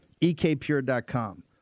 ekpure.com